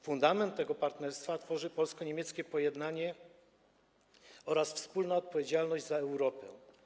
Fundament tego partnerstwa tworzy polsko-niemieckie pojednanie oraz wspólna odpowiedzialność za Europę.